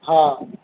ହଁ